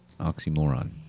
Oxymoron